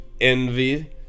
envy